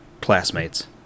classmates